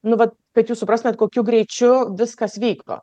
nu va kad jūs suprastumėt kokiu greičiu viskas vyko